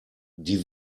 die